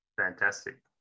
Fantastic